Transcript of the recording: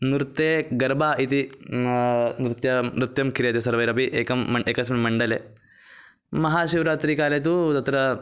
नृत्ये गर्भा इति नृत्यं नृत्यं क्रियते सर्वैरपि एकं मन्यते एकस्मिन् मण्डले महाशिवरात्रिकाले तु तत्र